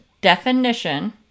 definition